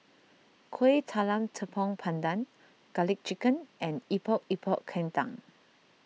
Kueh Talam Tepong Pandan Garlic Chicken and Epok Epok Kentang